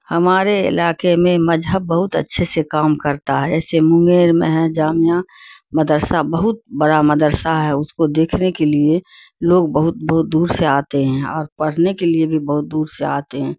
ہمارے علاقے میں مذہب بہت اچھے سے کام کرتا ہے ایسے مونگیر میں ہے جامعہ مدرسہ بہت بڑا مدرسہ ہے اس کو دیکھنے کے لیے لوگ بہت بہت دور سے آتے ہیں اور پڑھنے کے لیے بھی بہت دور سے آتے ہیں